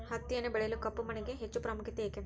ಹತ್ತಿಯನ್ನು ಬೆಳೆಯಲು ಕಪ್ಪು ಮಣ್ಣಿಗೆ ಹೆಚ್ಚು ಪ್ರಾಮುಖ್ಯತೆ ಏಕೆ?